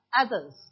others